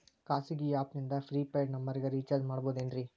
ಖಾಸಗಿ ಆ್ಯಪ್ ನಿಂದ prepaid ನಂಬರಿಗ ರೇಚಾರ್ಜ್ ಮಾಡಬಹುದೇನ್ರಿ?